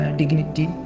dignity